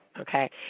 Okay